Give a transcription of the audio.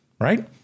right